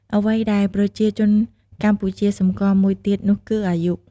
អ្វីដែលប្រជាជនកម្ពុជាសម្គាល់មួយទៀតនោះគឺ អាយុ។